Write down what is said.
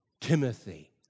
Timothy